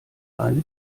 eine